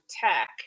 tech